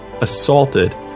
assaulted